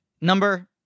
number